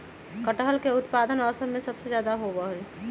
कटहल के उत्पादन असम में सबसे ज्यादा होबा हई